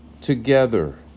together